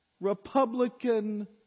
Republican